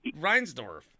Reinsdorf